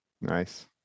Nice